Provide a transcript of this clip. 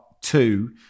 two